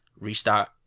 restart